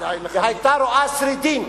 והיתה רואה שרידים,